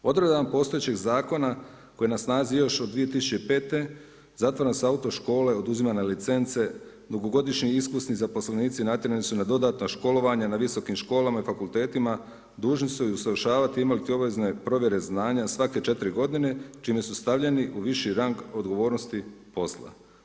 Odredbama postojećeg zakona koji je na snazi još od 2005. zatvarane su autoškole, oduzimane licence, dugogodišnji iskusni zaposlenici natjerani su na dodatna školovanja na visokim školama i fakultetima, dužni su i usavršavati i imati obvezne provjere znanja svake 4 godine čime su stavljeni u viši rang odgovornosti posla.